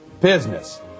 Business